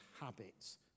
habits